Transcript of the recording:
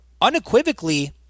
unequivocally